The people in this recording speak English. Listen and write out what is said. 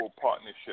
partnership